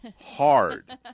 hard